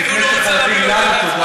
לפני שחייבים לנו תודה,